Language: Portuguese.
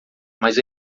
mas